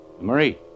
Marie